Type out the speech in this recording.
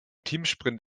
teamsprint